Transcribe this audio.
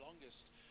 longest